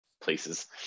places